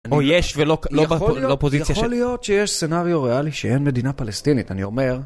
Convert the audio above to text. או יש ולא בפוזיציה של... יכול להיות שיש סנריו ריאלי שאין מדינה פלסטינית, אני אומר...